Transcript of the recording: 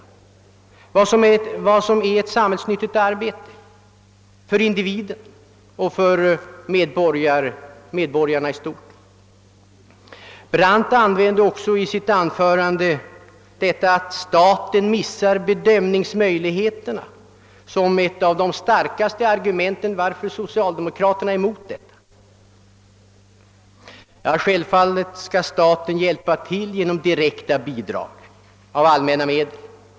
Har staten bättre förutsättningar att bedöma vad som är ett samhällsnyttigt arbete för individen och för medborgarna i stort? Herr Brandt sade också i sitt anförande att staten missar bedömningsmöjligheterna. Han framförde detta som ett av de starkaste argumenten för att socialdemokraterna är mot förslaget. Självfallet skall staten hjälpa till genom direkta bidrag av allmänna medel.